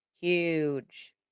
huge